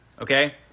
Okay